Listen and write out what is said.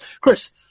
Chris